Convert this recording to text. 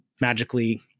magically